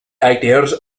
ideas